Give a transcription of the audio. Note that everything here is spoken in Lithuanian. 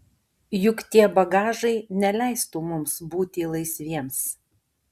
juk tie bagažai neleistų mums būti laisviems